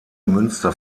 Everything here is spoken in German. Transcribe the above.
münster